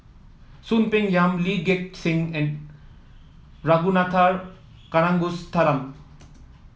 Soon Peng Yam Lee Gek Seng and Ragunathar Kanagasuntheram